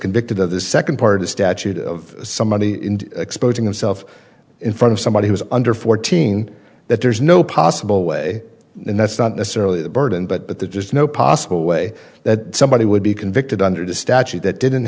convicted of the second part of statute of somebody exposing himself in front of somebody who is under fourteen that there's no possible way and that's not necessarily a burden but there's no possible way that somebody would be convicted under the statute that didn't